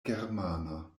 germana